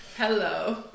Hello